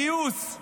גיוס.